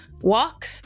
walk